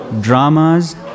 dramas